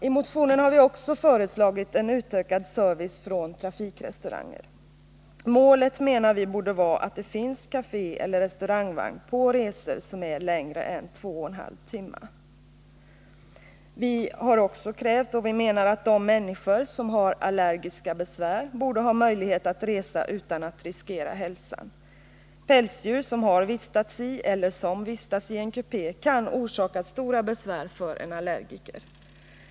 I motionen har vi också föreslagit en utökad service från Trafikrestauranger. Målet, menar vi, borde vara att det finns kafé eller restaurangvagn på resor som är längre än 2,5 timmar. Vi menar också — och har framställt krav på den punkten — att de människor som har allergiska besvär borde ha möjlighet att resa utan att riskera hälsan. Pälsdjur, som har vistats i eller som vistas i en kupé, kan orsaka stora besvär för en allergiker.